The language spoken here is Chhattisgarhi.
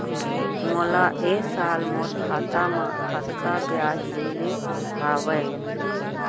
मोला ए साल मोर खाता म कतका ब्याज मिले हवये?